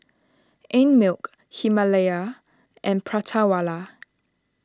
Einmilk Himalaya and Prata Wala